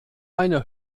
eine